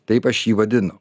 taip aš jį vadinu